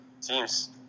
teams